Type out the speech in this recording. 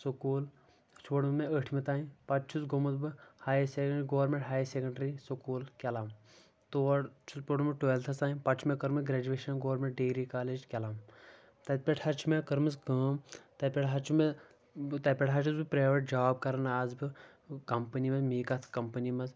school چھوڑُم مےٚ ٲٹھمہِ تام پَتہٕ چھُس گوٚمُت بہٕ ہاے گورمٮ۪نٛٹ ہاے سٮ۪کَنٛڈرٛی سکوٗل کٮ۪لَم تور چھُس پوٚرمُت ٹُوٮ۪لتھَس تام پَتہٕ چھِ مےٚ کٔرمٕژ گرٛیجویشَن گورمٮ۪نٛٹ ڈِگری کالیج کٮ۪لَم تَتہِ پٮ۪ٹھ حظ چھِ مےٚ کٔرمٕژ کٲم تَتہِ پٮ۪ٹھ حظ چھُ مےٚ تَتہِ پٮ۪ٹھ حظ چھُس بہٕ پرٛایوٮ۪ٹ جاب کَران آز بہٕ کَمپٔنی منٛز میٖکاتھ کَمپٔنی منٛز